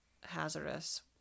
hazardous